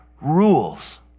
rules